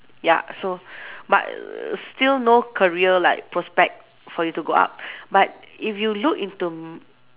ya so but err still no career like prospect for you to go up but if you look into m~